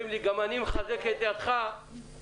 כדרכנו בקודש המציעים יציגו את הנושא ומדוע הם ביקשו את הדיון המהיר.